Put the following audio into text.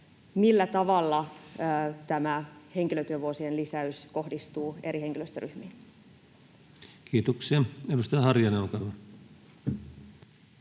millä tavalla tämä henkilötyövuosien lisäys kohdistuu eri henkilöstöryhmiin. Kiitoksia. — Edustaja Harjanne, olkaa hyvä.